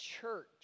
church